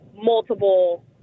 multiple